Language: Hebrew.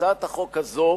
הצעת החוק הזאת